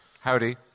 Howdy